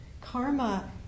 Karma